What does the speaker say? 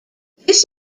this